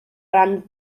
ran